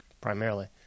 primarily